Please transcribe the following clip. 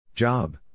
Job